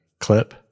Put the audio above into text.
clip